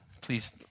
Please